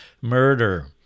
murder